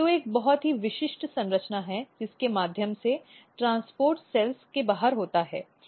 तो एक बहुत ही विशिष्ट संरचना है जिसके माध्यम से ट्रांसपोर्ट सेल्स के बाहर होता है